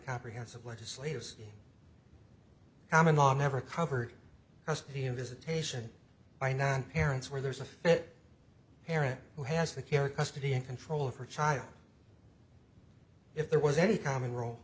comprehensive legislators common law never covered custody and visitation by nine parents where there is a fit parent who has the care custody and control of her child if there was any common wro